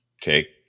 take